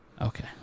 Okay